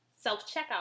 self-checkout